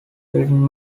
written